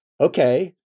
Okay